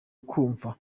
kumva